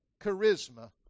charisma